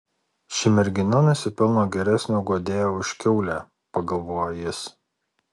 ši mergina nusipelno geresnio guodėjo už kiaulę pagalvojo jis